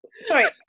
Sorry